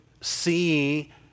see